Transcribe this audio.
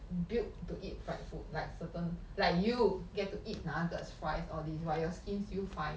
built to eat fried food like certain like you get to eat nuggets fries all this but your skin still fine